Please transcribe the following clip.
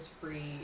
free